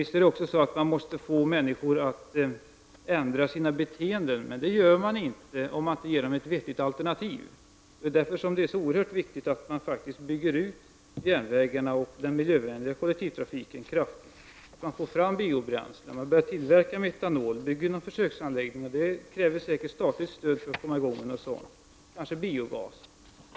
Man måste naturligtvis även få människor att ändra sina beteenden. Men det gör man inte om man inte ger dem vettiga alternativ. Därför är det oerhört viktigt att man kraftigt bygger ut järnvägarna och den miljövänliga kollektivtrafiken. Det är också viktigt att biobränslen tas fram och att metanol börjar tillverkas, vilket säkert kräver statligt stöd. Kanske kan man även få fram biogas.